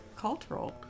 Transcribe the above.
Cultural